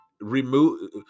remove